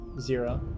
zero